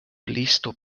listo